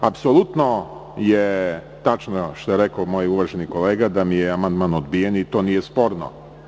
Apsolutno je tačno, što je rekao moj uvaženi kolega, da mi je amandman odbijen i to nije sporno.